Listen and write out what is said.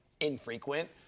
infrequent